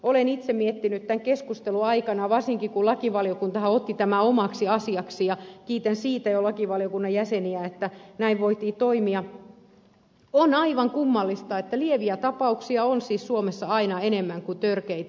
olen itse miettinyt tämän keskustelun aikana varsinkin kun lakivaliokunta otti tämän omaksi asiakseen kiitän siitä jo lakivaliokunnan jäseniä että näin voitiin toimia että on aivan kummallista että lieviä tapauksia on siis suomessa aina enemmän kuin törkeitä